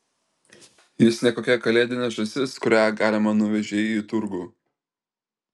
jis ne kokia kalėdinė žąsis kurią galima nuvežei į turgų